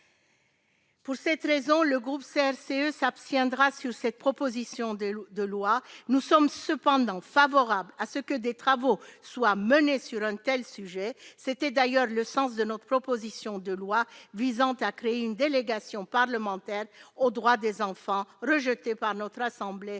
Pour cette raison le groupe CRCE s'abstiendra sur cette proposition des lots de loi nous sommes cependant favorable à ce que des travaux soient menés sur une telle sujet c'était d'ailleurs le sens de notre proposition de loi visant à créer une délégation parlementaire aux droits des enfants rejetés par notre assemblée,